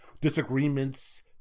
disagreements